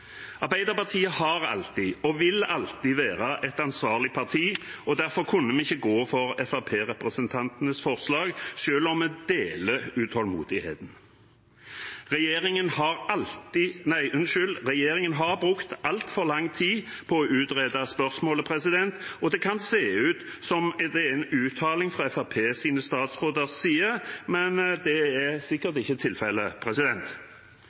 Arbeiderpartiet har alltid vært, og vil alltid være, et ansvarlig parti. Derfor kunne vi ikke gå for Fremskrittsparti-representantenes forslag, selv om vi deler utålmodigheten. Regjeringen har brukt altfor lang tid på å utrede spørsmålet, og det kan se ut som en reell uthaling fra Fremskrittspartiets eks-statsråds side, men det er sikkert ikke tilfellet.